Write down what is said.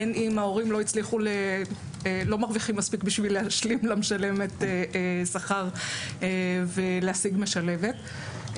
בין אם ההורים לא מרוויחים מספיק בשביל להשלים למשלבת שכר ולהשיג משלבת,